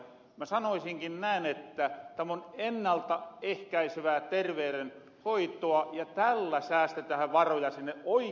mä sanoisinkin näin että täm on ennalta ehkäisevää terveydenhoitoa ja tällä säästetähän varoja sinne oikiaan terveydenhoitoon